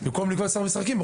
אז במקום לקבוע את מספר המשחקים,